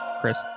chris